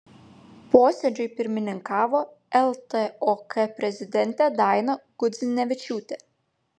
posėdžiui pirmininkavo ltok prezidentė daina gudzinevičiūtė